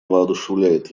воодушевляет